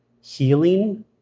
healing